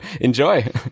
enjoy